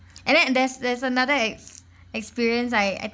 and then there's there's another ex~ experience like I